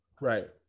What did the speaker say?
Right